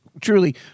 Truly